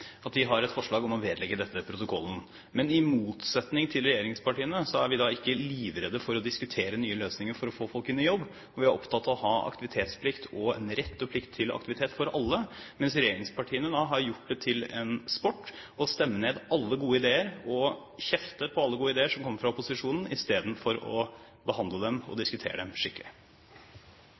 motsetning til regjeringspartiene er vi ikke livredde for å diskutere nye løsninger for å få folk inn i jobb. Vi er opptatt av å ha aktivitetsplikt, rett og plikt til aktivitet for alle, mens regjeringspartiene har gjort det til en sport å stemme ned – og kjefte på – alle gode ideer som kommer fra opposisjonen, istedenfor å behandle dem og diskutere dem skikkelig.